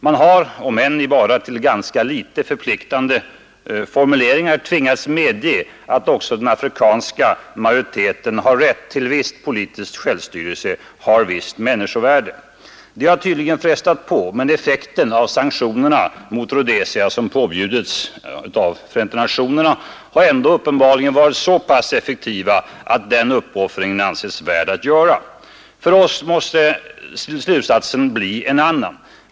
Man har, om än bara i till ganska litet förpliktande formuleringar, ändå tvingats medge att också den afrikanska majoriteten har rätt till viss politisk självstyrelse, har visst människovärde. Det har tydligen frestat på, men sanktionerna mot Rhodesia som påbjudits av Förenta nationerna har ändå uppenbarligen varit så pass effektiva att den uppoffringen ansetts värd att göra. För oss andra måste slutsatsen av detta bli en ann:'n.